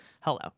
Hello